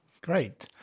Great